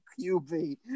QB